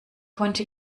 konnte